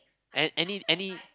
an~ any any